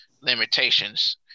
limitations